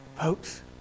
Folks